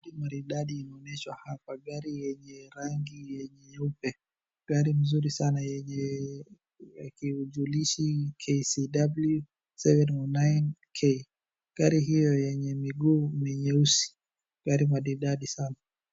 Gari maridadi imeonyeshwa hapa. Gari yenye rangi ya nyeupe. Gari mzuri sana yenye kijulishi KCW709K. Gari hio yenye miguu nyeusi. Gari maridadi sana.